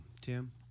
Tim